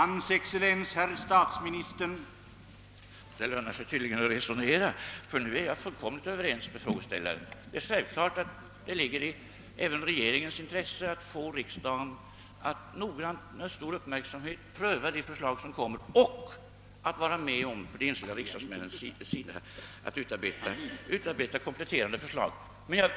Herr talman! Det lönar sig tydligen att resonera, ty nu är jag fullkomligt överens med frågeställaren. Det är självklart att det även ligger i regeringens intresse att få de enskilda riksdagsmännen att noggrant och med stor uppmärksamhet pröva de förslag som lämnas fram och vara med om att utarbeta kompletterande förslag.